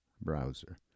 browser